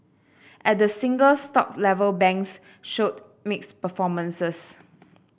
at the single stock level banks showed mixed performances